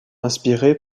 inspirées